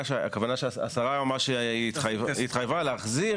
הכוונה היא שהשרה התחייבה להחזיר